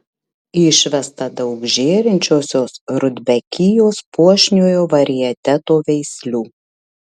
išvesta daug žėrinčiosios rudbekijos puošniojo varieteto veislių